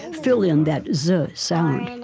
and fill in that zuh sound